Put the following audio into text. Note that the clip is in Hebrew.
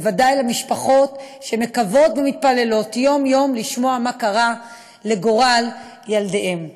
בוודאי למשפחות שמקוות ומתפללות יום-יום לשמוע מה קרה לגורל ילדיהן.